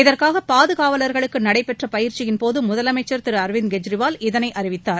இதற்காக பாதுகாவலர்களுக்கு நடைபெற்ற பயிற்சியின்போது முதலமைச்சர் திரு அரவிந்த் கெஜ்ரிவால் இதனை அறிவித்தார்